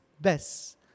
best